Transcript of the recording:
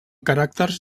caràcters